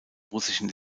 russischen